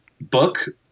book